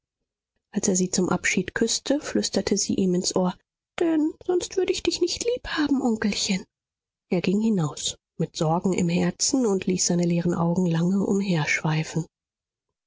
als er sie zum abschied küßte flüsterte sie ihm ins ohr denn sonst würde ich dich nicht lieb haben onkelchen er ging hinaus mit sorgen im herzen und ließ seine leeren augen lange